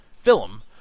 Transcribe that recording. film